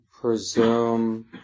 presume